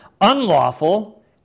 Unlawful